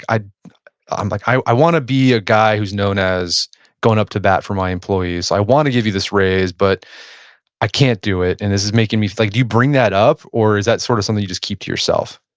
like i i want to be a guy who's known as going up to that for my employees. i want to give you this raise, but i can't do it. and this is making me like, do you bring that up or is that sort of something you just keep to yourself?